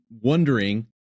wondering